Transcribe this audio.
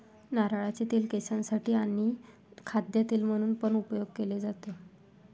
नारळाचे तेल केसांसाठी आणी खाद्य तेल म्हणून पण उपयोग केले जातो